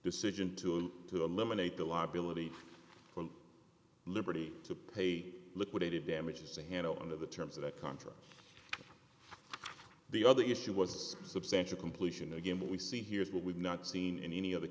decision to to eliminate the liability for the liberty to pay liquidated damages to hanover under the terms of that country the other issue was substantial completion again what we see here is what we've not seen in any other